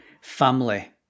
family